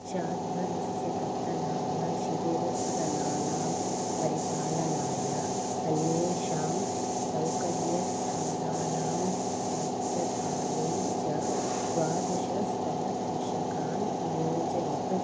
शाद्वलस्य कर्तनाय शिबिरस्थलानां परिपालनाय अन्येषां सौकर्यस्थानानां स्वच्छतायै च द्वादश स्थलपोषकान् नियोजयतु